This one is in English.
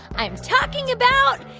i'm talking about